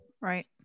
right